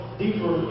deeper